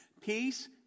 Peace